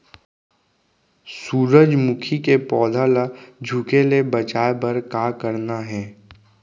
सूरजमुखी के पौधा ला झुके ले बचाए बर का करना हे?